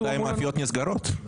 בינתיים המאפיות נסגרות.